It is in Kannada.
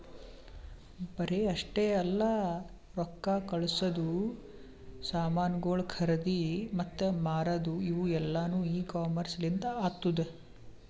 ಬರೇ ಅಷ್ಟೆ ಅಲ್ಲಾ ರೊಕ್ಕಾ ಕಳಸದು, ಸಾಮನುಗೊಳ್ ಖರದಿ ಮತ್ತ ಮಾರದು ಇವು ಎಲ್ಲಾನು ಇ ಕಾಮರ್ಸ್ ಲಿಂತ್ ಆತ್ತುದ